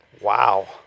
Wow